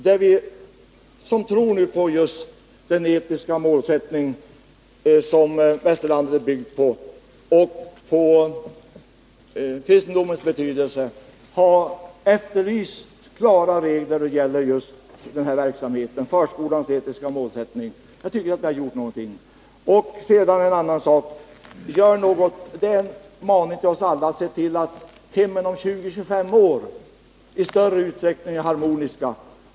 Där har vi som tror på just den etiska målsättningen, som västerlandet är byggt på, och kristendomens betydelse efterlyst klara regler när det gäller denna verksamhet, dvs. förskolans etiska målsättning. Jag tycker att vi har gjort någonting där. ”Gör någonting!” är en maning till oss alla att se till att hemmen om 20-25 år i större utsträckning är harmoniska.